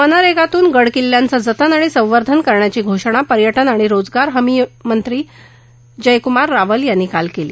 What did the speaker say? मनरेगातून गड किल्ल्यांचं जतन आणि संवर्धन करण्याची घोषणा पर्यटन आणि रोजगार हमी योजना मंत्री जयकूमार रावल यांनी काल केली